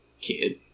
Kid